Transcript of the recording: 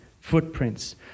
footprints